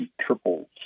triples